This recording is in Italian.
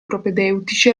propedeutici